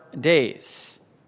days